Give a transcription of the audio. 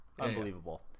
Unbelievable